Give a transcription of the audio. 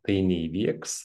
tai neįvyks